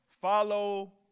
Follow